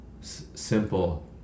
simple